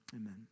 amen